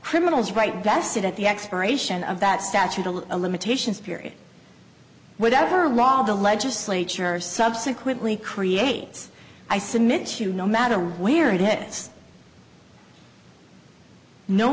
criminals right vested at the expiration of that statue the limitations period without her law the legislature subsequently creates i submit to you no matter where it is no